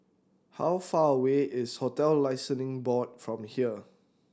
how far away is Hotel Licensing Board from here